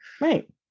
Right